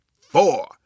four